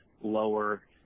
lower